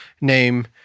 name